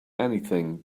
anything